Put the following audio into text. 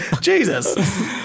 Jesus